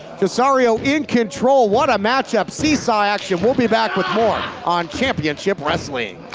tresario in control. what a matchup, seesaw action. we'll be back with more on championship wrestling.